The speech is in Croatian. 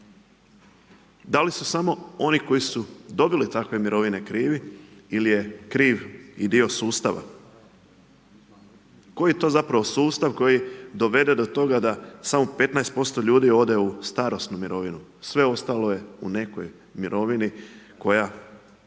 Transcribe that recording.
Da li su samo oni koji su dobili takve mirovine krivi ili je kriv i dio sustava? Koji to zapravo sustav koji dovede do toga da samo 15% ljudi ode u starosnu mirovinu, sve ostalo je u nekoj mirovini koja